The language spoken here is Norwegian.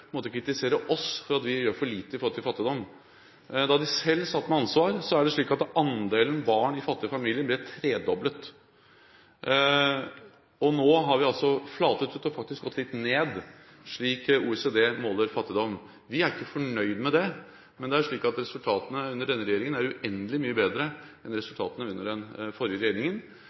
kritisere oss for at vi gjør for lite når det gjelder fattigdom. Da de selv satt med ansvaret, ble andelen barn i fattige familier tredoblet. Nå har andelen flatet ut og faktisk gått litt ned, i henhold til hvordan OECD måler fattigdom. Vi er ikke fornøyd med det, men resultatene under denne regjeringen er uendelig mye bedre enn resultatene under den forrige regjeringen,